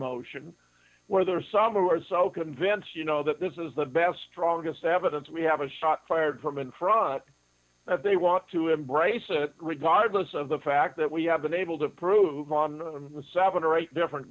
motion where there are some who are so convinced you know that this is the best strongest evidence we have a shot fired from in front of they want to embrace it regardless of the fact that we have been able to prove on seven or eight